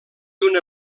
una